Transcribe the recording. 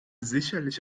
sicherlich